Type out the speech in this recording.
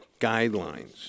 guidelines